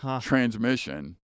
transmission